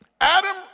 Adam